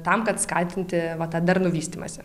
tam kad skatinti va tą darnų vystymąsi